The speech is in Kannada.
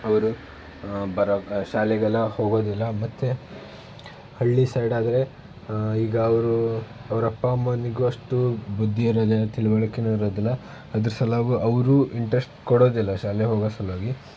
ಅವರು ಬರೋಕ್ಕೆ ಶಾಲೆಗೆಲ್ಲ ಹೋಗೋದಿಲ್ಲ ಮತ್ತು ಹಳ್ಳಿ ಸೈಡಾದರೆ ಈಗ ಅವರು ಅವ್ರ ಅಪ್ಪ ಅಮ್ಮನಿಗೂ ಅಷ್ಟು ಬುದ್ಧಿ ಇರೋದಿಲ್ಲ ತಿಳಿವಳ್ಕೆನೂ ಇರೋದಿಲ್ಲ ಅದ್ರ ಸಲ್ವಾಗಿ ಅವರು ಇಂಟ್ರೆಸ್ಟ್ ಕೊಡೋದಿಲ್ಲ ಶಾಲೆಗೆ ಹೋಗೋ ಸಲುವಾಗಿ